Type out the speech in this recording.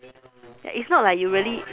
it's not like you really